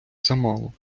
замало